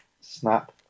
Snap